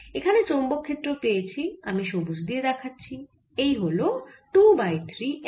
এখানে চৌম্বক ক্ষেত্র পেয়েছি আমি সবুজ দিয়ে দেখাচ্ছি এই হল 2 বাই 3 M